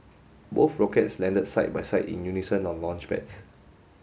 both rockets landed side by side in unison on launchpads